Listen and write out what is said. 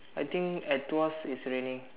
I think at Tuas it's raining